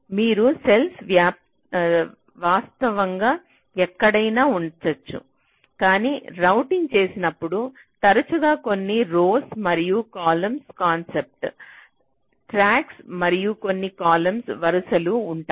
మీరు సెల్ను వాస్తవంగా ఎక్కడైనా ఉంచవచ్చు కానీ రౌటింగ్ చేసినప్పుడు తరచుగా కొన్ని రోస్ మరియు కాలమ్ కాన్సెప్ట్ ట్రాక్లు మరియు కొన్ని కాలమ్ వరుసలు ఉంటాయి